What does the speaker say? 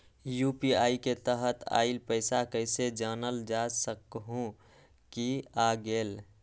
UPI के तहत आइल पैसा कईसे जानल जा सकहु की आ गेल?